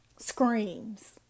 screams